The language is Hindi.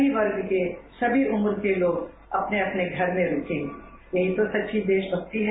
समी वर्ग के समी उम्र के लोग अपने अपने घर में रूके हैं यहीं तो सच्ची देशभक्ति है